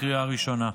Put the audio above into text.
לקריאה ראשונה.